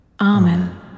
Amen